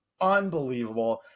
unbelievable